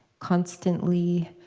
constantly,